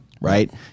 right